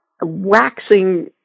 waxing